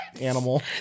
animal